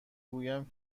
گویم